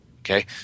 okay